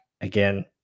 again